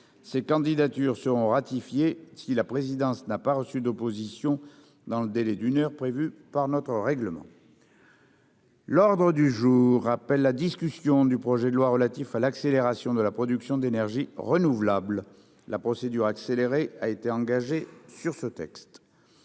ces candidatures seront ratifiées si la présidence n'a pas reçu d'opposition dans le délai d'une heure prévue par notre règlement. L'ordre du jour appelle la discussion du projet de loi relatif à l'accélération de la production d'énergie renouvelables la procédure accélérée a été engagée sur ce texte